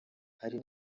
hari